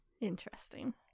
Interesting